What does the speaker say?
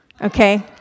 Okay